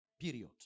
Period